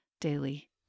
daily